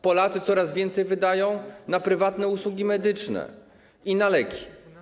Polacy coraz więcej wydają na prywatne usługi medyczne i na leki.